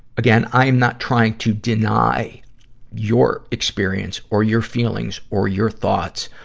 again, i am not trying to deny your experience or your feelings or your thoughts,